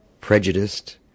prejudiced